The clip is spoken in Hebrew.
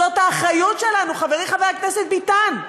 זו האחריות שלנו, חברי חבר הכנסת ביטן,